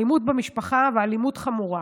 אלימות במשפחה ואלימות חמורה.